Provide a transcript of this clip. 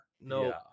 No